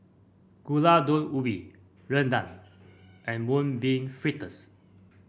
Gulai Daun Ubi Rendang and Mung Bean Fritters